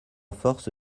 force